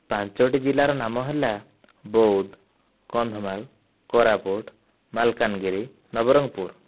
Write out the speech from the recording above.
ପାଞ୍ଚଟି ଜିଲ୍ଲାର ନାମ ହେଲା ବୌଦ୍ଧ କନ୍ଧମାଳ କୋରାପୁଟ ମାଲକାନଗିରି ନବରଙ୍ଗପୁର